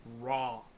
raw